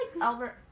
Albert